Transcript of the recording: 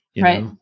Right